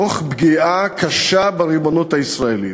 תוך פגיעה קשה בריבונות הישראלית.